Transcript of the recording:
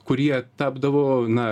kur jie tapdavo na